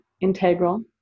integral